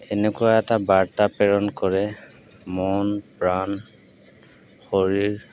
এনেকুৱা এটা বাৰ্তা প্ৰেৰণ কৰে মন প্ৰাণ শৰীৰ